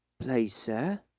please, sir,